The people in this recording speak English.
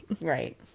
Right